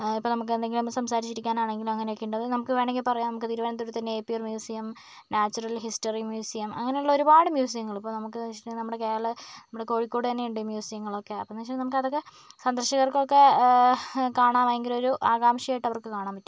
ഇപ്പം നമുക്ക് എന്തെങ്കിലും സംസാരിച്ചിരിക്കാൻ ആണെങ്കിലും അങ്ങനെ എന്തെങ്കിലും ഉണ്ടാകും അതായത് നമുക്ക് വേണമെങ്കിൽ പറയാം തിരുവനന്തപുരത്ത് തന്നെ Napier museum natural history museum അങ്ങനെയുള്ള ഒരുപാട് മ്യൂസിയങ്ങൾ ഇപ്പോൾ നമുക്കെന്ന് വച്ചിട്ടുണ്ടെങ്കിൽ നമ്മുടെ കേരള നമ്മുടെ കോഴിക്കോട് തന്നെയുണ്ട് മ്യൂസിയങ്ങളൊക്കെ അപ്പൊന്ന് വെച്ചാൽ നമുക്ക് അതൊക്കെ സന്ദർശകർക്കു ഒക്കെ കാണാൻ ഭയങ്കര ഒരു ആകാംക്ഷയായിട്ട് കാണാൻ പറ്റും